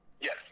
Yes